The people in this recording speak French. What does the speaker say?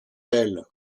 elle